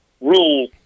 Rule